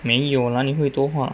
没有啦哪里会有多话